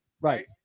right